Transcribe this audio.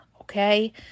okay